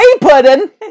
Puddin